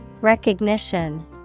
Recognition